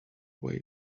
way